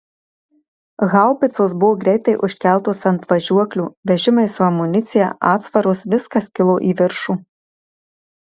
haubicos buvo greitai užkeltos ant važiuoklių vežimai su amunicija atsvaros viskas kilo į viršų